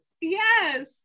Yes